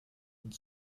und